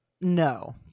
No